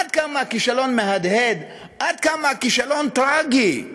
עד כמה הכישלון מהדהד, עד כמה הכישלון טרגי,